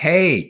Hey